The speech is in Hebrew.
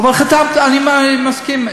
אני מסכים.